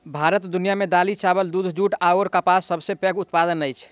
भारत दुनिया मे दालि, चाबल, दूध, जूट अऔर कपासक सबसे पैघ उत्पादक अछि